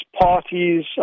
parties